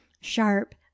sharp